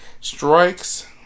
strikes